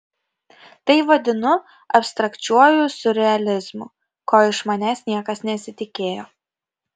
tai vadinu abstrakčiuoju siurrealizmu ko iš manęs niekas nesitikėjo